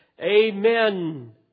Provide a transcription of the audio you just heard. Amen